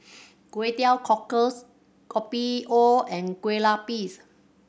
Kway Teow Cockles Kopi O and Kueh Lupis